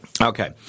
Okay